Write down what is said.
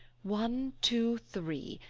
one, two, three.